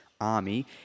Army